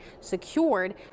secured